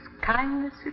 kindness